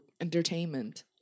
entertainment